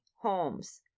Holmes